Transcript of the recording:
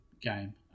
game